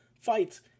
fights